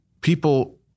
people